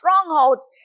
strongholds